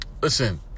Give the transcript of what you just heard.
Listen